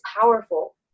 powerful